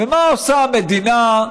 ומה עושה המדינה,